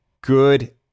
good